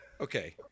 Okay